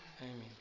Amen